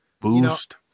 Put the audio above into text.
Boost